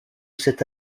cette